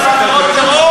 חבר הכנסת שטרן,